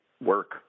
work